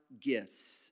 gifts